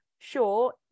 sure